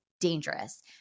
Dangerous